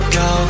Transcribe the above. go